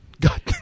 God